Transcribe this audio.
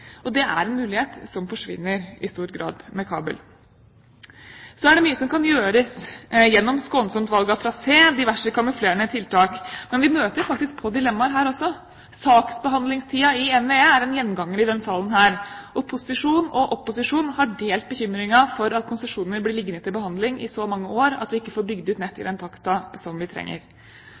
Det er en mulighet som i stor grad forsvinner med kabel. Så er det mye som kan gjøres gjennom skånsomt valg av trasé og diverse kamuflerende tiltak. Men vi møter faktisk dilemmaer her også. Saksbehandlingstiden i NVE er en gjenganger i denne salen. Posisjon og opposisjon har delt bekymringen for at konsesjonene vil bli liggende til behandling i så mange år at vi ikke får bygd ut nett i den takten som vi trenger.